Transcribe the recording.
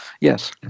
yes